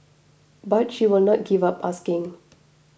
but she will not give up asking